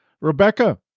Rebecca